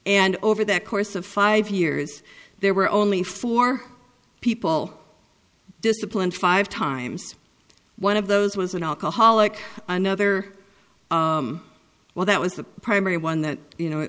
and over the course of five years there were only four people disciplined five times one of those was an alcoholic another well that was the primary one that you know